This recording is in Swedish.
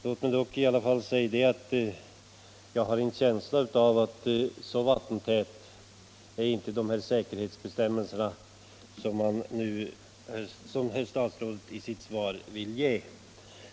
Låt mig i alla fall få säga att jag har en känsla av att säkerhetsbestämmelserna inte är så vattentäta som herr statsrådet i sitt svar vill ge intryck av.